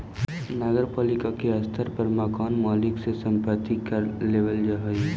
नगर पालिका के स्तर पर मकान मालिक से संपत्ति कर लेबल जा हई